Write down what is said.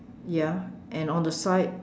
ya and on the side